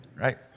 Right